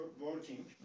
working